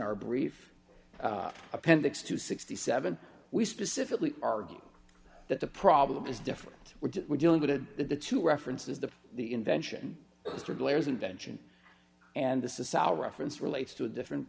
our brief appendix to sixty seven we specifically argue that the problem is different we're dealing with it that the two references to the invention of layers invention and this is our reference relates to a different